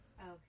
Okay